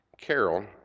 Carol